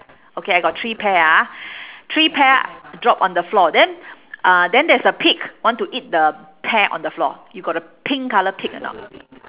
okay I got three pear ah three pear drop on the floor then uh then there is a pig want to eat the pear on the floor you got a pink colour pig or not